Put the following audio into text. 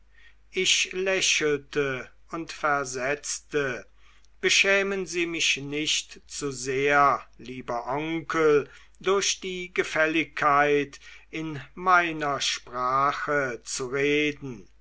ich lächelte und versetzte beschämen sie mich nicht zu sehr lieber oheim durch die gefälligkeit in meiner sprache zu reden